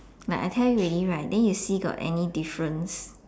like I tell you already right then you see got any difference